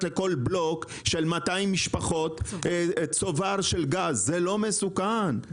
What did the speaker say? לכל בלוק של 200 משפחות צובר של גז זה לא מסוכן?